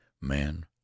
man